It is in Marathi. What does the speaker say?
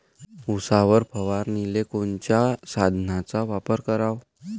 उसावर फवारनीले कोनच्या साधनाचा वापर कराव?